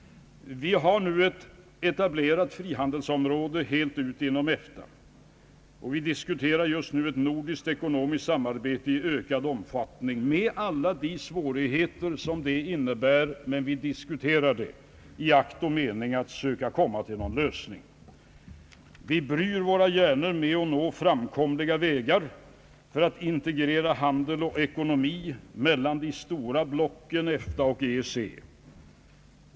Vi har nu ett fullt ut etablerat frihandelsområde genom EFTA. Vi diskuterar just nu ett nordiskt ekonomiskt samarbete i ökad omfattning, med alla de svårigheter som det innebär, men vi diskuterar det i akt och mening att kunna komma till en lösning. Vi bryr våra hjärnor med att nå framkomliga vägar för att integrera handel och ekonomi mellan de stora blocken EFTA och EEC.